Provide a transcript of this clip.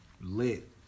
Lit